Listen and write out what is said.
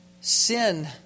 sin